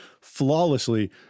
flawlessly